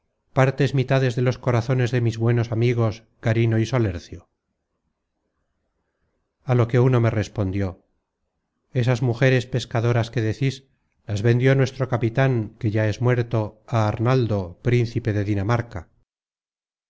partes mitades de los corazones de mis buenos amigos carino y solercio a lo que uno me respondió esas mujeres pescadoras que decis las vendió nuestro capitan que ya es muerto á arnaldo principe de dinamarca